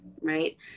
right